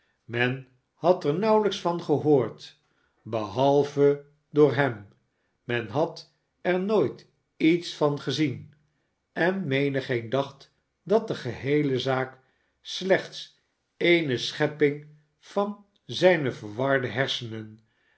men had er nauwelijks van gehoord behalve door hem men had er nooit iets van gezien en menigeen dacht dat de geheele zaak slechts eene schepping was van zijne verwarde hersenen